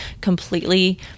completely